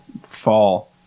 fall